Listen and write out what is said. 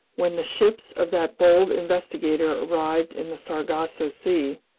when the ships of that bold investigator arrived in the sargasso sea,